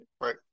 Right